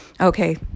okay